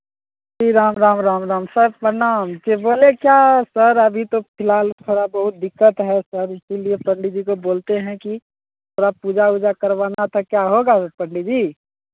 जी Ram Ram Ram Ram sir प्रणाम कि बोले क्या सर अभी तो फिलहाल थोड़ा बहुत दिक्कत है सर इसीलिए पंडित जी को बोलते हैं कि थोड़ा पूजा ऊजा करवाना था क्या होगा पंडित जी